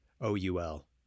O-U-L